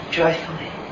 joyfully